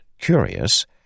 curious